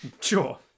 Sure